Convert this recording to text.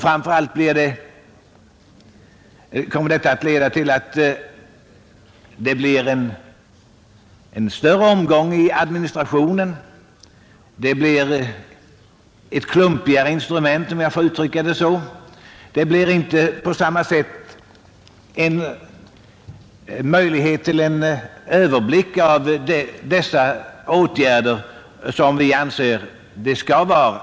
Framför allt skulle det leda till en större omgång i administrationen, det skulle bli ett klumpigare instrument — om jag får uttrycka mig så. Det ger inte möjligheter till överblick av åtgärderna som vi anser att man bör ha.